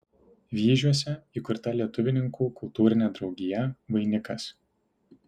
vyžiuose įkurta lietuvininkų kultūrinė draugija vainikas